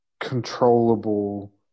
controllable